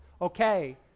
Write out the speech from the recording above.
Okay